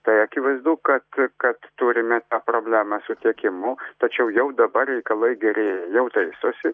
tai akivaizdu kad kad turime problemą su tiekimu tačiau jau dabar reikalai gerėja jau taisosi